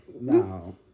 no